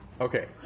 Okay